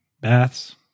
Baths